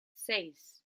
seis